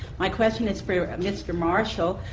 my question is for mr. marshall.